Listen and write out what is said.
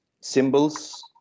symbols